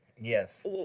Yes